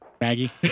Maggie